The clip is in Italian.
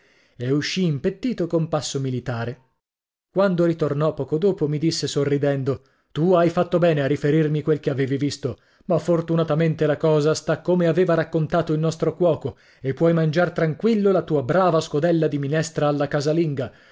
e uscì impettito con passo militare quando ritornò poco dopo mi disse sorridendo tu hai fatto bene a riferirmi quel che avevi visto ma fortunatamente la cosa sta come aveva raccontato il nostro cuoco e puoi mangiar tranquillo la tua brava scodella di minestra alla casalinga